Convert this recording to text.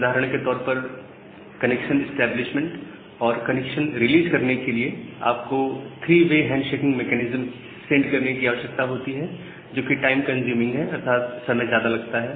उदाहरण के तौर पर कनेक्शन इस्टैब्लिशमेंट और कनेक्शन रिलीज करने के लिए आपको three way hand shaking mechanism send करने की आवश्यकता होती है जो कि टाइम कंजूमिंग है अर्थात समय ज्यादा लेता है